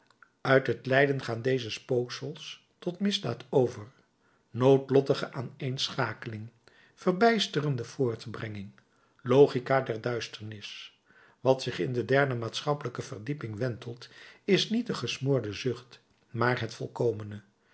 uit het lijden gaan deze spooksels tot misdaad over noodlottige aaneenschakeling verbijsterende voortbrenging logica der duisternis wat zich in de derde maatschappelijke verdieping wentelt is niet de gesmoorde zucht naar het volkomene